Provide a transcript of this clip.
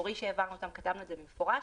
כתבנו במפורש